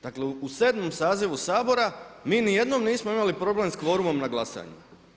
Dakle u 7. sazivu Sabora mi ni jednom nismo imali problem s kvorumom na glasanju.